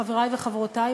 חברי וחברותי,